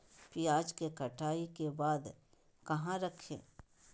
प्याज के कटाई के बाद कहा रखें?